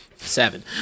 Seven